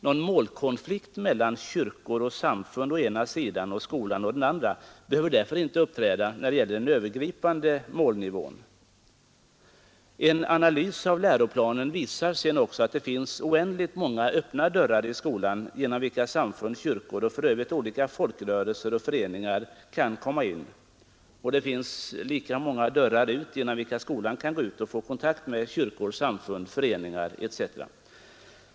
Någon målkonflikt mellan kyrkor och samfund å ena sidan och skolan å den andra behöver därför inte inträffa när det gäller den övergripande målnivån. En analys av läroplanen visar också att det finns oändligt många öppna dörrar i skolan, genom vilka samfund, kyrkor och för övrigt olika folkrörelser och föreningar kan komma in. Och det finns lika många dörrar genom vilka skolan kan gå ut och få kontakt med kyrkor, samfund, föreningar etc.